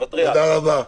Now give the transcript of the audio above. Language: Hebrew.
תודה רבה.